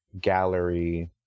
gallery